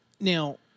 Now